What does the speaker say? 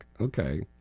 Okay